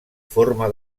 forma